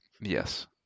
Yes